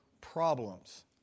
problems